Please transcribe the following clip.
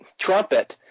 trumpet